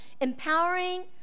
empowering